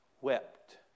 wept